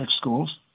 schools